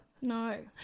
no